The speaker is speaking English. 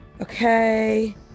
okay